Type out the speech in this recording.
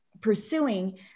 pursuing